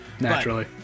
naturally